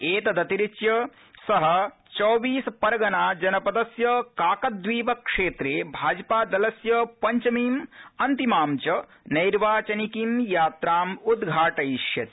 त्रेदतिरिच्य स चौबीस परगना जनपदस्य काकद्वीप क्षेत्रे भाजपा दलस्य अन्तिमां नैर्वाचनिकीं यात्रां च उद्घाटयिष्यति